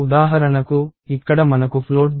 ఉదాహరణకు ఇక్కడ మనకు float B243 ఉంది